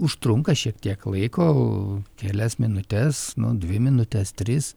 užtrunka šiek tiek laiko kelias minutes nu dvi minutes tris